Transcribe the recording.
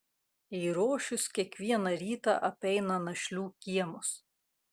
eirošius kiekvieną rytą apeina našlių kiemus